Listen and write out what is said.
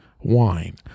wine